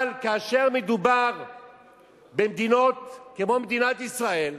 אבל כאשר מדובר במדינות כמו מדינת ישראל,